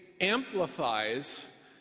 amplifies